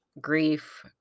grief